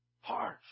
harsh